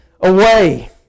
away